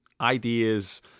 ideas